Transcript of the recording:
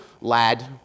lad